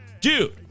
dude